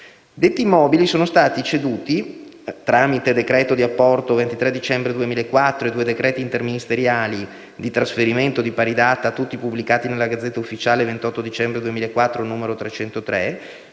Detti immobili sono stati ceduti (tramite decreto di apporto 23 dicembre 2004 e due decreti interministeriali di trasferimento di pari data, tutti pubblicati nella *Gazzetta Ufficiale* 28 dicembre 2004, n. 303)